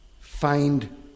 find